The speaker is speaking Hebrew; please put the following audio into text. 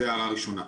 זו הערה ראשונה.